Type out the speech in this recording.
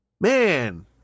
Man